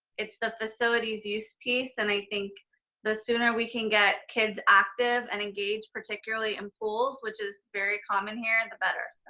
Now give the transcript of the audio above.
it's the facilities use piece and i think the sooner we can get kids active and engaged, particularly in pools which is very common here, the better.